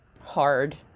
hard